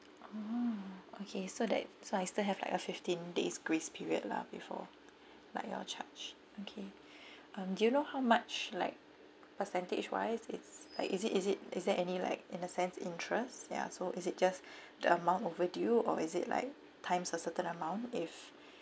ah okay so that so I still have like a fifteen days grace period lah before like your charge okay um do you know how much like percentage wise it's like is it is it is there any like in the sense interest ya so is it just the amount overdue or is it like times a certain amount if